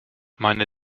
meine